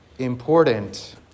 important